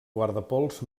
guardapols